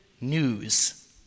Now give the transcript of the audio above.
news